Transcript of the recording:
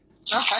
Okay